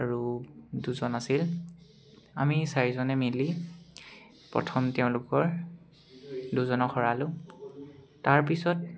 আৰু দুজন আছিল আমি চাৰিজনে মিলি প্ৰথম তেওঁলোকৰ দুজনক হৰালোঁ তাৰপিছত